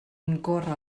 incórrer